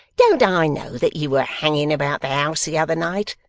don't i know that you were hanging about the house the other night,